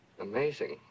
Amazing